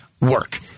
work